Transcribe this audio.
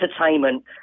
entertainment